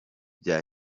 bya